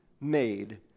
made